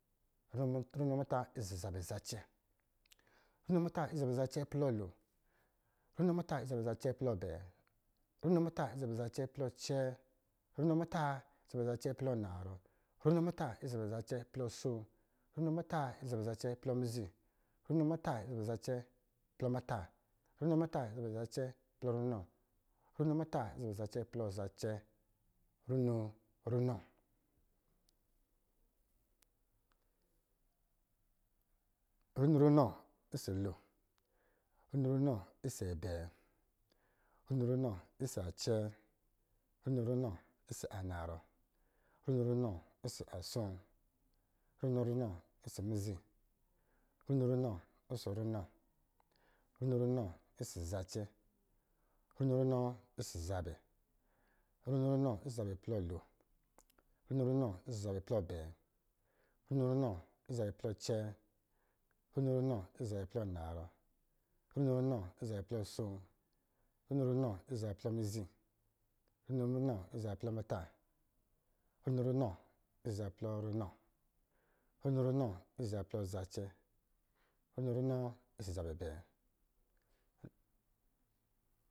Runo muta ɔsɔ̄ zabɛ zacɛ, runo muta ɔsɔ̄ zabɛ zacɛ plɔ lo, runo muta ɔsɔ̄ zabɛ zacɛ plɔ abɛɛ, runo muta ɔsɔ̄ zabɛ zacɛ plɔ acɛɛ, runo muta ɔsɔ̄ zabɛ zacɛ plɔ anarɔ, runo muta ɔsɔ̄ zabɛ zacɛ plɔ asoo, runo muta ɔsɔ̄ zabɛ zacɛ plɔ mizi, runo muta ɔsɔ̄ zabɛ zacɛ plɔ mata, runo muta ɔsɔ̄ zabɛ zacɛ plɔ ranɔ, runo muta ɔsɔ̄ zabɛ zacɛ plɔ zacɛ, runo runɔ, runo runɔ ɔsɔ̄ lon, runo runɔ ɔsɔ̄ abɛɛ, runo runɔ ɔsɔ̄ acɛɛ, runo runɔ ɔsɔ̄ asoo, runo runɔ ɔsɔ̄ mizi, runo runɔ ɔsɔ̄ muta, runo runɔ ɔsɔ̄ runɔ, runo runɔ ɔsɔ̄ zacɛ, runo runɔ ɔsɔ̄ zabɛ, runo runɔ ɔsɔ̄ zabɛ plɔ lon, runo runɔ ɔsɔ̄ zabɛ plɔ abɛɛ, runo runɔ ɔsɔ̄ zabɛ plɔ acɛɛ, runo runɔ ɔsɔ̄ zabɛ plɔ anarɔ, runo runɔ ɔsɔ̄ zabɛ plɔ asoo, runo runɔ ɔsɔ̄ zabɛ plɔ mizi, runo runɔ ɔsɔ̄ zabɛ plɔ muta, runo runɔ ɔsɔ̄ zabɛ plɔ runɔ, runo runɔ ɔsɔ̄ zabɛ plɔ zacɛ, runo runɔ ɔsɔ̄ zabɛ abɛɛ